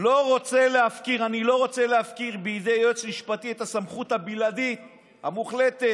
לא רוצה להפקיר בידי יועץ משפטי את הסמכות הבלעדית המוחלטת